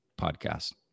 podcast